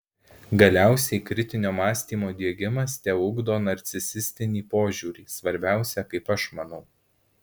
galiausiai kritinio mąstymo diegimas teugdo narcisistinį požiūrį svarbiausia kaip aš manau